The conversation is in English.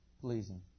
Pleasing